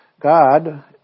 God